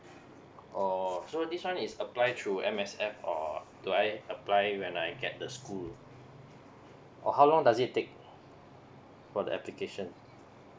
oh so this one is apply through M_S_F or do I apply it when I get the school oh how long does it take for the application